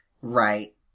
Right